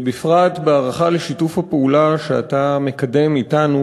בפרט בהערכה לשיתוף הפעולה שאתה מקדם אתנו,